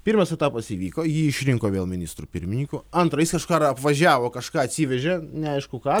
pirmas etapas įvyko jį išrinko vėl ministru pirminyku antra jis kažką apvažiavo kažką atsivežė neaišku ką